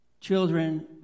Children